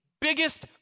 biggest